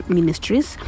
Ministries